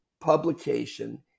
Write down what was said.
publication